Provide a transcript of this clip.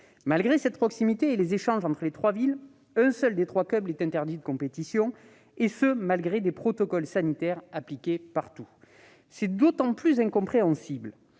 Malgré cette proximité, et les échanges entre les trois villes, un seul des trois clubs est interdit de compétitions, alors que les protocoles sanitaires sont appliqués partout. C'est d'autant plus incompréhensible